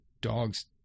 dogs